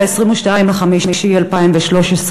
ב-22 במאי 2013,